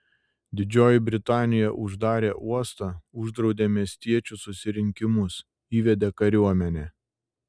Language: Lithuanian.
didžioji britanija uždarė uostą uždraudė miestiečių susirinkimus įvedė kariuomenę